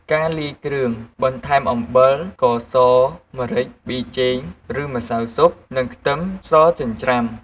ការលាយគ្រឿង បន្ថែមអំបិល ស្ករស ម្រេច ប៊ីចេង ឬម្សៅស៊ុប និងខ្ទឹមសចិញ្ច្រាំ។